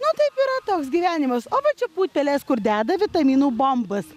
na taip yra toks gyvenimas o va čia putpelės kur deda vitaminų bombas